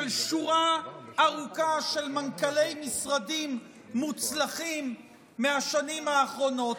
בשורה ארוכה של מנכ"לי משרדים מוצלחים מהשנים האחרונות.